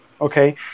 okay